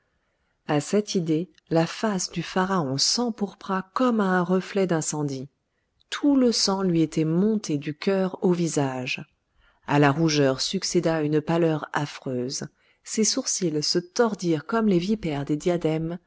à cette idée la face du pharaon s'empourpra comme à un reflet d'incendie tout le sang lui était monté du cœur au visage à la rougeur succéda une pâleur affreuse ses sourcils se tordirent comme les vipères des diadèmes